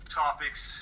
topics